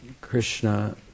Krishna